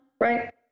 right